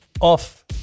off